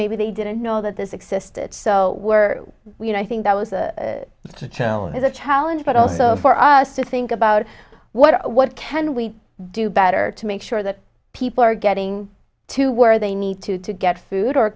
maybe they didn't know that this existed so were we and i think that was to challenge as a challenge but also for us to think about what what can we do better to make sure that people are getting to where they need to to get food or